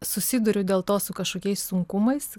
susiduriu dėl to su kažkokiais sunkumais